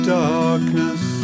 darkness